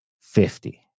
fifty